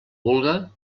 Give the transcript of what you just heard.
vulga